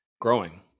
growing